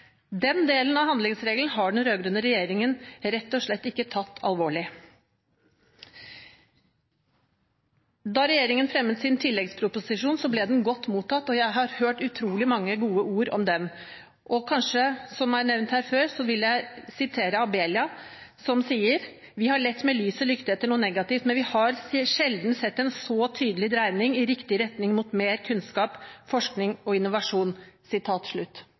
Den delen av handlingsregelen har den rød-grønne regjeringen rett og slett ikke tatt alvorlig. Da regjeringen fremmet sin tilleggsproposisjon, ble den godt mottatt, og jeg har hørt utrolig mange gode ord om den. Jeg vil sitere Abelia, som er nevnt her før, som sa: «Vi har lett med lys og lykte etter noe negativt, men vi har sjelden sett en så tydelig dreining i riktig retning mot mer kunnskap, forskning og innovasjon».